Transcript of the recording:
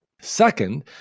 second